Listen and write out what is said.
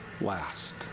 last